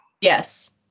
Yes